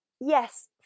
yes